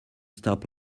stop